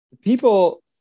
people